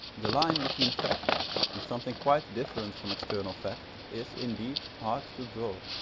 the line between fact and something quite different from external fact is, indeed, hard to draw.